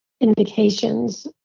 indications